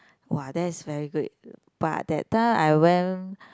[wah] that is very good but that time I went